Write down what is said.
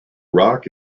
rock